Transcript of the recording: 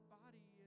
body